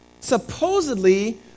supposedly